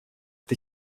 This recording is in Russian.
это